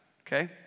Okay